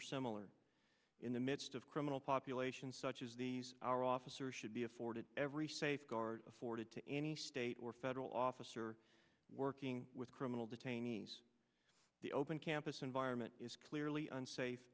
are similar in the midst of criminal population such as these our officers should be afforded every safeguard afforded to any state or federal officer working with criminal detainees the open campus environment is clearly unsafe